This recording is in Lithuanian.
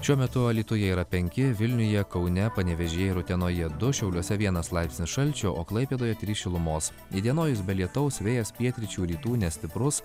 šiuo metu alytuje yra penki vilniuje kaune panevėžyje ir utenoje du šiauliuose vienas laipsnis šalčio o klaipėdoje trys šilumos įdienojus be lietaus vėjas pietryčių rytų nestiprus